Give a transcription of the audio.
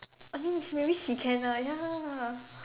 I mean she maybe she can ah ya